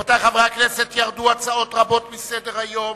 רבותי חברי הכנסת, ירדו הצעות רבות מסדר-היום.